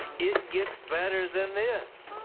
it gets better than this.